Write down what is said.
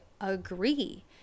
agree